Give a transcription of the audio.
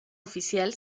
oficial